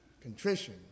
contrition